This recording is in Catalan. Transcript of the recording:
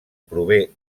prové